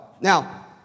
Now